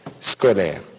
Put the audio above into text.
scolaire